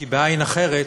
כי בעין אחרת